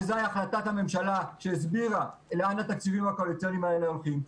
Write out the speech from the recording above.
וזו החלטת הממשלה שהסבירה לאן התקציבים הקואליציוניים האלה הולכים,